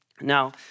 Now